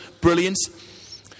brilliance